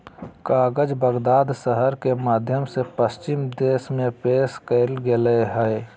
कागज बगदाद शहर के माध्यम से पश्चिम देश में पेश करल गेलय हइ